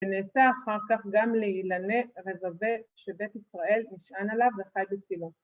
‫ונעשה אחר כך גם לאילנא רברבא, שבית ישראל נשען עליו וחי בצילו.